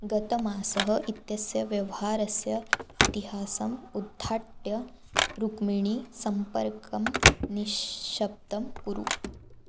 गतमासः इत्यस्य व्यवहारस्य इतिहासम् उद्धाट्य रुक्मिणीसम्पर्कं निश्शब्दं कुरु